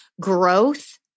growth